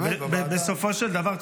בסופו של דבר,